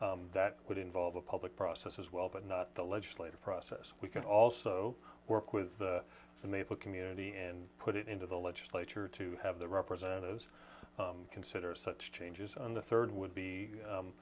that would involve a public process as well but not the legislative process we can also work with the maple community and put it into the legislature to have the representatives consider such changes on the third would be